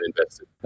invested